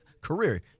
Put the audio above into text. career